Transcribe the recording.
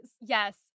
Yes